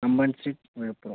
Amman street Villupuram